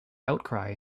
outcry